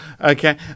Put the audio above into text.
Okay